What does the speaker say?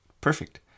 perfect